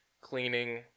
cleaning